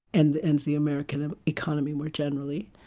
and the and the american economy more generally.